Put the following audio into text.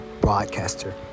broadcaster